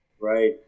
right